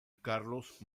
carlos